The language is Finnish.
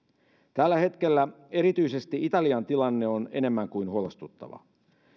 tällä hetkellä erityisesti italian tilanne on enemmän kuin huolestuttava